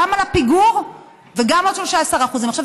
גם על הפיגור וגם עוד 13%. עכשיו,